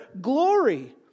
glory